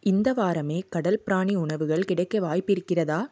இந்த வாரமே கடல் பிராணி உணவுகள் கிடைக்க வாய்ப்பிருக்கிறதா